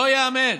לא ייאמן.